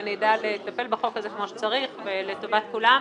ואני אדע גם לטפל בחוק הזה כמו שצריך לטובת כולם.